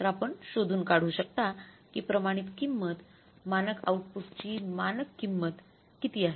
तर आपण शोधून काढू शकता की प्रमाणित किंमत मानक आउटपुटची मानक किंमत किती आहे